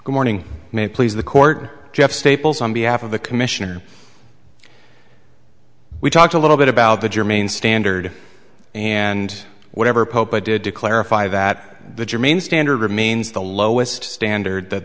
morning may it please the court jeff staples on behalf of the commissioner we talked a little bit about the germane standard and whatever pope i did to clarify that the germane standard remains the lowest standard that